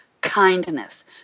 kindness